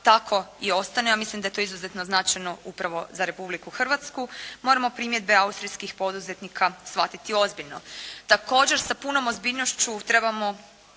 tako i ostane, a mislim da je to izuzetno značajno upravo za Republiku Hrvatsku, moramo primjedbe austrijskih poduzetnika shvatiti ozbiljno. Također, sa punom ozbiljnošću trebamo